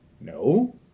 no